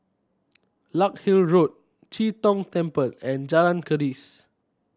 Larkhill Road Chee Tong Temple and Jalan Keris